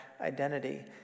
identity